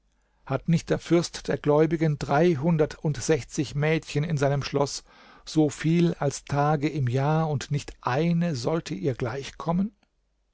hat nicht der fürst der gläubigen dreihundertundsechzig mädchen in seinem schloß so viel als tage im jahr und nicht eine sollte ihr gleichkommen